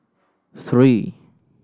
three